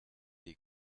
die